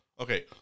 okay